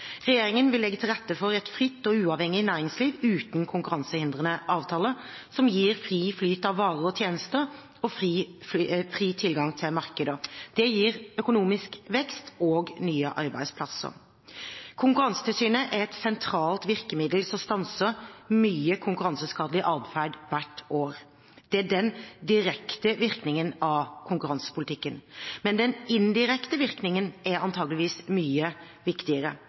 Regjeringen vil legge til rette for et fritt og uavhengig næringsliv uten konkurransehindrende avtaler, som gir fri flyt av varer og tjenester og fri tilgang til markeder. Det gir økonomisk vekst og nye arbeidsplasser. Konkurransetilsynet er et sentralt virkemiddel som stanser mye konkurranseskadelig adferd hvert år. Det er den direkte virkningen av konkurransepolitikken. Men den indirekte virkningen er antageligvis mye viktigere.